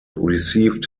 received